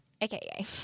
aka